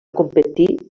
competir